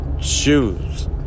shoes